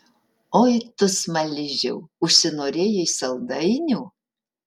oi tu smaližiau užsinorėjai saldainių